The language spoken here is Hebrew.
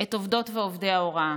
את עובדות ועובדי ההוראה.